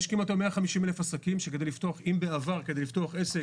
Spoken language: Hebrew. יש היום כמעט 150,000 עסקים שאם בעבר כדי לפתוח עסק